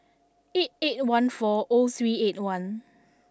eight eight one four O three eight one